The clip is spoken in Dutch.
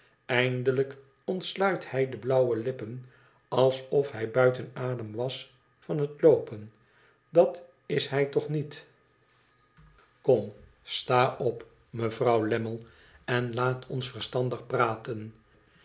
eindelijk ontsluit hij de blauwe lippen alsof hij buiten adem was van het loopen dat is hij toch niet kom sta op mevrouw lammie en laat ons verstandig praten